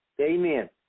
Amen